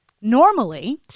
Normally